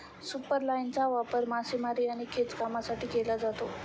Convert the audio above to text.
सुपरलाइनचा वापर मासेमारी आणि खेचण्यासाठी केला जातो